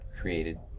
created